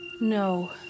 No